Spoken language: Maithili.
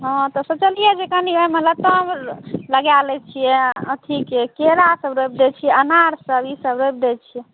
हँ तऽ सोचलियै जे कनि एहिमे लताम लगा लै छियै आ अथीके केरासभ रोपि दै छियै अनारसभ ईसभ रोपि दै छियै